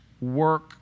work